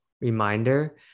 reminder